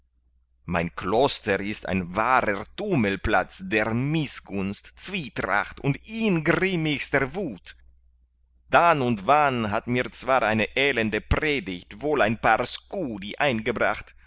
mein kloster ist ein wahrer tummelplatz der mißgunst zwietracht und ingrimmigster wuth dann und wann hat mir zwar eine elende predigt wohl ein paar scudi eingebracht